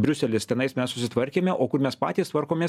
briuselis tenais mes susitvarkėme o kur mes patys tvarkomės